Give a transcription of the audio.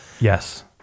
Yes